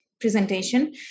presentation